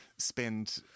spend